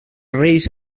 reis